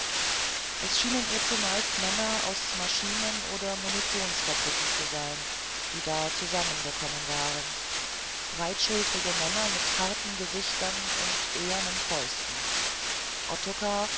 es schienen ihr zumeist arbeiter aus maschinen oder munitionsfabriken zu sein die da zusammengekommen waren breitschultrige männer mit harten gesichtern und ehernen fäusten